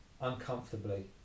uncomfortably